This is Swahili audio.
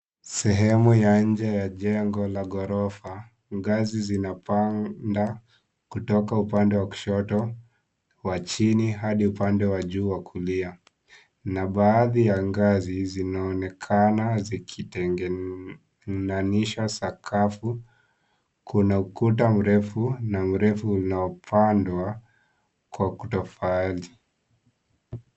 Sehemu ya nje ya jengo la ghorofa. Ngazi zinapanda kutoka upande wa kushoto wa chini hadi upande wa juu wa kulia na baadhi ya ngazi zinaonekana zikitenganisha sakafu. Kuna ukuta mrefu na urefu unaopandwa kwa kutofahali.